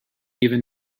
even